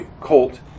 colt